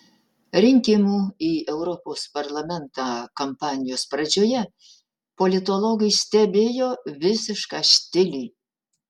rinkimų į europos parlamentą kampanijos pradžioje politologai stebėjo visišką štilį